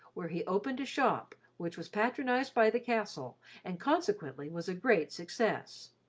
where he opened a shop which was patronised by the castle and consequently was a great success.